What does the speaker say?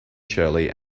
shirley